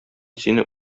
сине